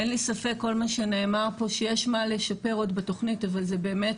אין לי ספק שיש מה לשפר עוד בתוכנית אבל זה באמת